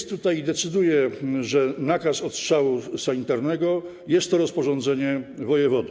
Tutaj się decyduje, że nakaz odstrzału sanitarnego jest to rozporządzenie wojewody.